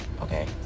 okay